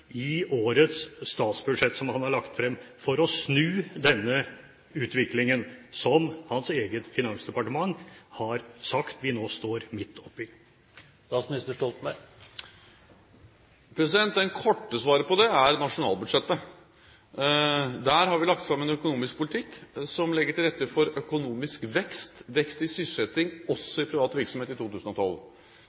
i årets statsbudsjett, som han har lagt fram, for å snu denne utviklingen som hans eget finansdepartement har sagt vi nå står midt oppe i? Det korte svaret på det er nasjonalbudsjettet. Der har vi lagt fram en økonomisk politikk som legger til rette for økonomisk vekst, vekst i sysselsetting, også i privat virksomhet i 2012.